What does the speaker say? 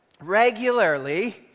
regularly